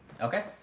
Okay